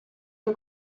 che